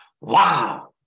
wow